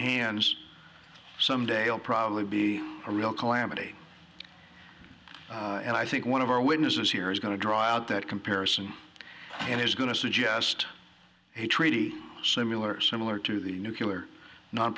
hands some day i'll probably be a real calamity and i think one of our witnesses here is going to dry out that comparison and is going to suggest a treaty similar similar to the nucular